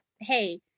hey